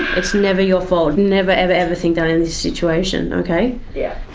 it's never your fault. never ever, ever think that in this situation, okay? yeah